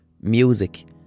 music